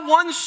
one